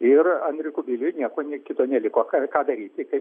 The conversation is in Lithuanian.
ir andriui kubiliui nieko kito neliko ką ką daryt tiktai